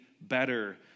better